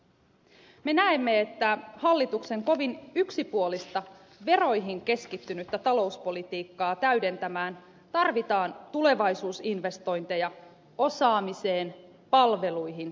me näemme että hallituksen kovin yksipuolista veroihin keskittynyttä talouspolitiikkaa täydentämään tarvitaan tulevaisuusinvestointeja osaamiseen palveluihin ja infraan